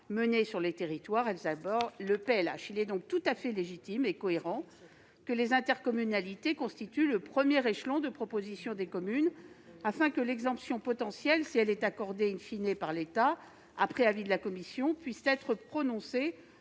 menées sur les territoires, à travers le PLH. Il est donc tout à fait légitime et cohérent qu'elles constituent le premier échelon de proposition des communes afin que l'exemption potentielle, si elle est accordée par l'État après avis de la commission, puisse être prononcée